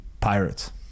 Pirates